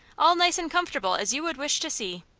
all nice and comfortable as you would wish to see.